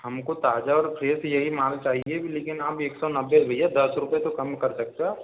हम को ताज़ा और फ्रेश यही माल चाहिए लेकिन आप एक सौ नब्बे भैया दस रुपये तो कम कर सकते हो आप